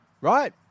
Right